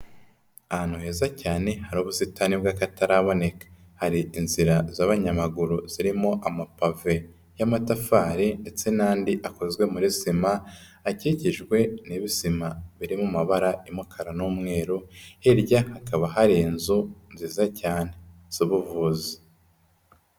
Ahantu heza cyane hari ubusitani bw'akataraboneka, hari inzira z'abanyamaguru zirimo amapave y'amatafari, ndetse n'andi akozwe muri sima akikijwe n'ibisima biri mu mabara y'umukara n'umweru, hirya hakaba hari inzu nziza cyane z'ubuvuzi.